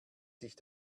sich